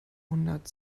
hundert